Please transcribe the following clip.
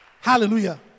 Hallelujah